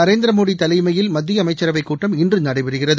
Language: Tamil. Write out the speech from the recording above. நரேந்திர மோடி தலைமையில் மத்திய அமைச்சரவைக் கூட்டம் இன்று நடைபெறுகிறது